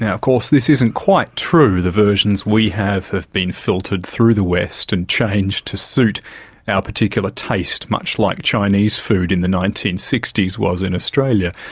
course, this isn't quite true, the versions we have have been filtered through the west and changed to suit our particular taste, much like chinese food in the nineteen sixty s was in australia.